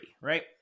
right